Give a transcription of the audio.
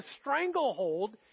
stranglehold